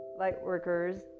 Lightworkers